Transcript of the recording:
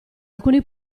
alcuni